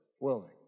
willing